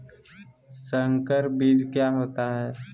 संकर बीज क्या होता है?